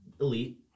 elite